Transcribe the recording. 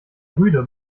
rüde